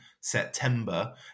September